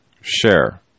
share